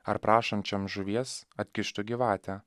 ar prašančiam žuvies atkištų gyvatę